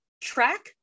track